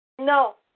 No